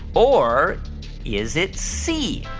or is it c,